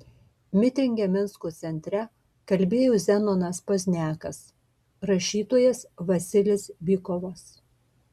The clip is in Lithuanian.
mitinge minsko centre kalbėjo zenonas pozniakas rašytojas vasilis bykovas